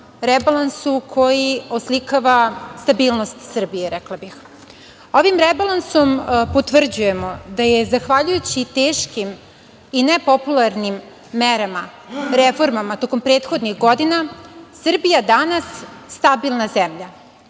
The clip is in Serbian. rebalansu koji oslikava stabilnost Srbije, rekla bih. Ovim rebalansom potvrđujemo da je zahvaljujući teškim i nepopularnim merama, reformama tokom prethodnih godina, Srbija danas stabilna zemlja,